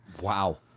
Wow